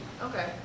Okay